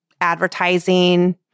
Advertising